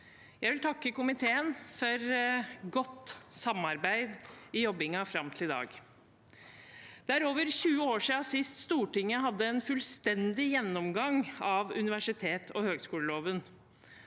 Jeg vil takke komiteen for godt samarbeid i jobbingen fram til i dag. Det er over 20 år siden sist Stortinget hadde en fullstendig gjennomgang av universitets- og høyskoleloven,